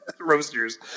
roasters